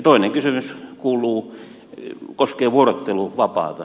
toinen kysymys koskee vuorotteluvapaata